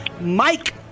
Mike